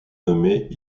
nommées